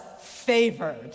favored